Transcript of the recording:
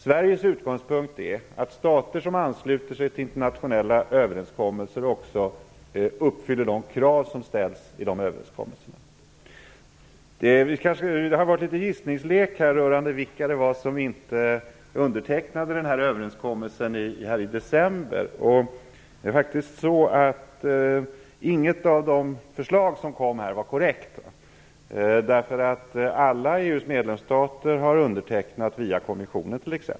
Sveriges utgångspunkt är att stater som ansluter sig till internationella överenskommelser också uppfyller de krav som ställs i dessa överenskommelser. Det har varit gissningslek rörande vilka länder som inte undertecknade överenskommelsen i december. Inget av de förslag som kom var korrekt. Alla EU:s medlemsstater har t.ex. undertecknat via kommissionen.